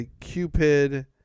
Cupid